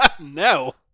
No